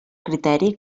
criteri